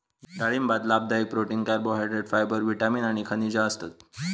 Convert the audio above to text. डाळिंबात लाभदायक protein, carbohydrate, fibre, vitamin आणि खनिजा असतत